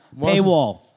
Paywall